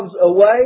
away